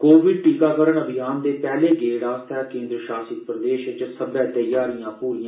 Covid टीकाकरण अभियान दे पैहले गेड़ लेई केन्द्र शासित प्रदेश च सब्बै त्यारियां पूरियां